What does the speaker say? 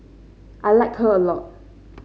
I like her a lot